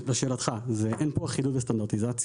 לשאלתך, אין פה אחידות וסטנדרטיזציה.